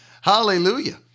Hallelujah